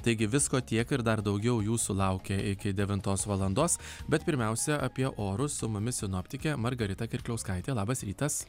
taigi visko tiek ir dar daugiau jūsų laukia iki devintos valandos bet pirmiausia apie orus su mumis sinoptikė margarita kirkliauskaitė labas rytas